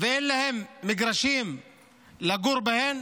ואין להם מגרשים לגור בהם?